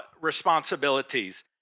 responsibilities